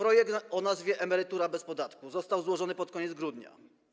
Projekt o nazwie „Emerytura bez podatku” został złożony pod koniec grudnia.